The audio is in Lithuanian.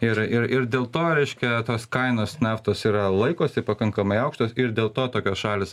ir ir ir dėl to reiškia tos kainos naftos yra laikosi pakankamai aukštos ir dėl to tokios šalys